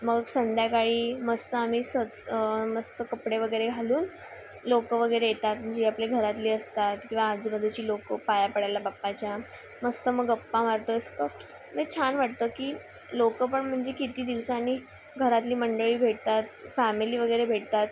मग संध्याकाळी मस्त आम्ही स्वच् मस्त कपडे वगैरे घालून लोकं वगेरे येतात जी आपले घरातली असतात किंवा आजूबाजूची लोकं पायापडायला बप्पाच्या मस्त मग अप्पा मारतं असं मी छान वाटतं की लोकं पण म्हंजे किती दिवसानी घरातली मंडळी भेटतात फॅमिली वगैरे भेटतात